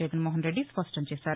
జగన్మోహన్రెడ్డి స్పష్టంచేశారు